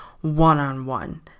one-on-one